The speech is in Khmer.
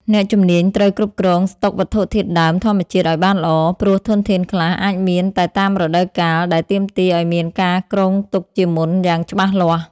អ្នកជំនាញត្រូវគ្រប់គ្រងស្តុកវត្ថុធាតុដើមធម្មជាតិឱ្យបានល្អ ព្រោះធនធានខ្លះអាចមានតែតាមរដូវកាល ដែលទាមទារឱ្យមានការគ្រោងទុកជាមុនយ៉ាងច្បាស់លាស់។